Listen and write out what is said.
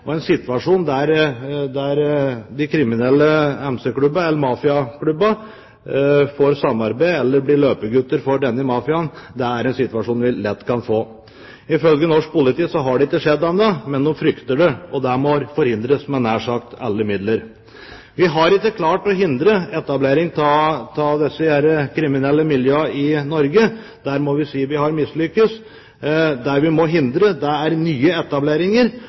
og en situasjon der de kriminelle MC-klubbene, eller mafia-klubbene, får samarbeide med eller bli løpegutter for denne mafiaen, er en situasjon vi lett kan få. Ifølge norsk politi har det ikke skjedd ennå, men de frykter det, og det må forhindres med nær sagt alle midler. Vi har ikke klart å hindre etablering av disse kriminelle miljøene i Norge. Der må vi si vi har mislyktes. Det vi må hindre, er nye etableringer,